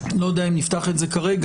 לא יודע אם נפתח את זה כרגע.